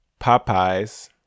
Popeyes